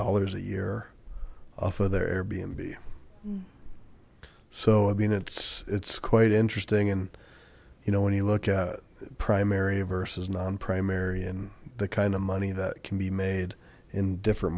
dollars a year off of their airbnb so i mean it's it's quite interesting and you know when you look at primary versus non primary and the kind of money that can be made in different